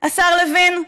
השר לוין?